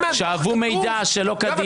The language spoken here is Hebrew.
שאבו מידע שלא כדין.